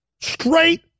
Straight